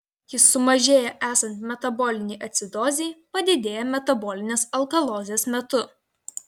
jis sumažėja esant metabolinei acidozei padidėja metabolinės alkalozės metu